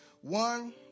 One